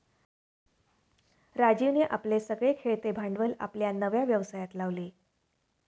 राजीवने आपले सगळे खेळते भांडवल आपल्या नव्या व्यवसायात लावले